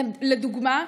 לדוגמה,